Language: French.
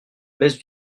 baisse